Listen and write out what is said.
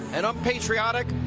and unpatriotic.